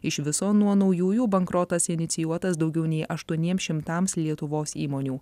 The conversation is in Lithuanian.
iš viso nuo naujųjų bankrotas inicijuotas daugiau nei aštuoniems šimtams lietuvos įmonių